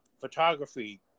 photography